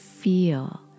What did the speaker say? Feel